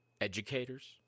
educators